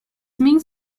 means